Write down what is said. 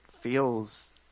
feels